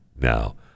now